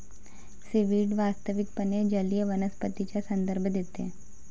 seaweed वास्तविकपणे जलीय वनस्पतींचा संदर्भ देते